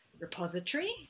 repository